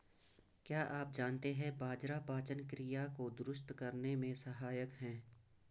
क्या आप जानते है बाजरा पाचन क्रिया को दुरुस्त रखने में सहायक हैं?